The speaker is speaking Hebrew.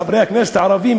חברי הכנסת הערבים,